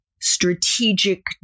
strategic